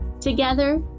Together